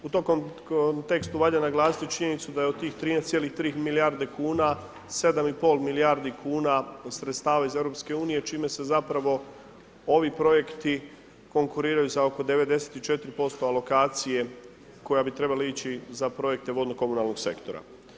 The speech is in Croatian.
U tom kontekstu valja naglasiti činjenicu da je od tih 13,3 milijarde kuna, 7,5 milijardi kuna sredstava iz EU, čime se zapravo ovi projekti, konkuriraju za oko 96% alokacije koja bi trebala ići za projekte vodno komunalnog sektora.